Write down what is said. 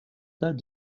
tas